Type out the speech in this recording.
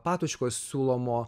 patočkos siūlomo